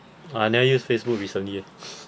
orh I never use facebook recently